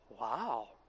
Wow